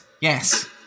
Yes